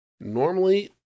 Normally